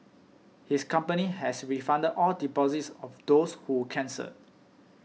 his company has refunded all deposits of those who cancelled